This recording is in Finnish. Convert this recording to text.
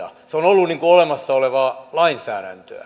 se on ollut olemassa olevaa lainsäädäntöä